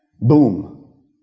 boom